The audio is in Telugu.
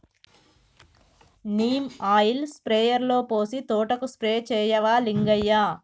నీమ్ ఆయిల్ స్ప్రేయర్లో పోసి తోటకు స్ప్రే చేయవా లింగయ్య